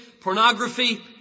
pornography